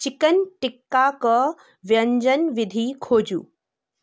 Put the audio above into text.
chicken tikka कऽ व्यञ्जन विधि खोजु